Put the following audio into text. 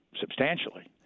substantially